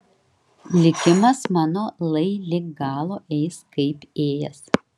likimas mano lai lig galo eis kaip ėjęs